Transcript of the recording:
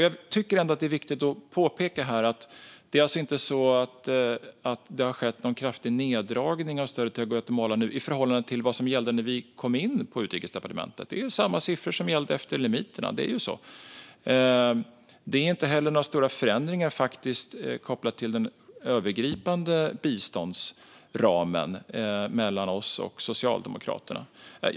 Jag tycker att det är viktigt att påpeka att det alltså inte har skett någon kraftig neddragning av stödet till Guatemala nu i förhållande till vad som gällde när vi kom in på Utrikesdepartementet. Det är samma siffror som har gällt efter limiterna. Det har inte heller gjorts några stora förändringar av den övergripande biståndsramen jämfört med vad som gällde under Socialdemokraternas tid.